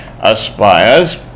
aspires